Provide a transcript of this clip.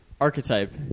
Archetype